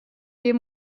dem